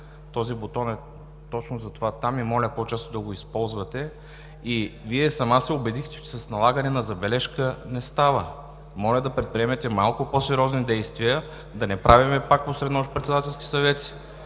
Този бутон точно затова е там и моля по-често да го използвате. Вие сама се убедихте, че с налагане на „забележка“ не става – моля да предприемете малко по-сериозни действия, да не правим пак посред нощ Председателски съвети.